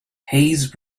hayes